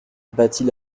battit